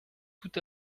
tout